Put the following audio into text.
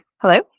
Hello